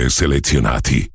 selezionati